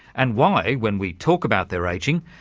and why, when we talk about their ageing,